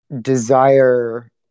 desire